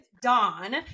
Dawn